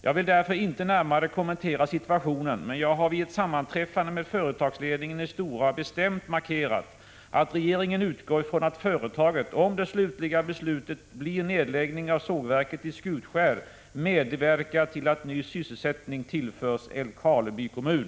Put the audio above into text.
Jag vill därför inte närmare kommentera situationen, men jag har vid ett sammanträffande med företagsledningen i Stora bestämt markerat att regeringen utgår från att företaget, om det slutliga beslutet blir nedläggning av sågverket i Skutskär, medverkar till att ny sysselsättning tillförs Älvkarleby kommun.